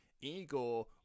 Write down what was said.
Igor